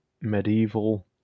medieval